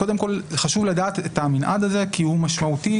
חשוב לדעת את המנעד הזה כי הוא משמעותי